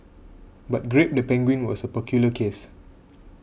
but grape the penguin was a peculiar case